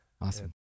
Awesome